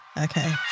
okay